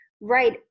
right